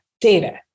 data